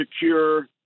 secure